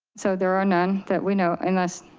so there are none that we know, unless